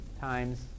times